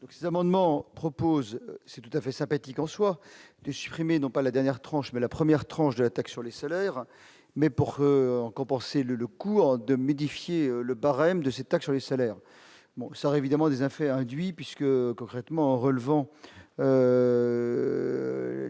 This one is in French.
ces amendements proposent c'est tout à fait sympathique en soi de supprimer, non pas la dernière tranche, mais la 1ère tranche de la taxe sur les salaires mais pour compenser le cours de m'édifier le barème de cette action, les salaires bonsoir évidemment des uns fait induit puisque concrètement relevant